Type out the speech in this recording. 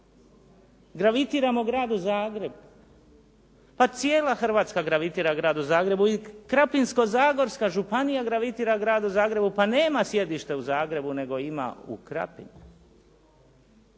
Gravitiramo gradu Zagrebu. Pa cijela Hrvatska gravitira gradu Zagrebu i Krapinsko-zagorska županija gravitira gradu Zagrebu pa nema sjedište u Zagrebu, nego ima u Krapini.